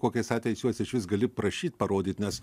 kokiais atvejais juos išvis gali prašyt parodyt nes